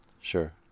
sure